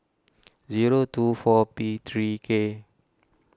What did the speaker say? zero two four P three K